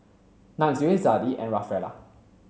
Nunzio Zadie and Rafaela